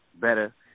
better